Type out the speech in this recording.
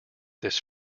this